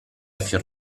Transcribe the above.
fior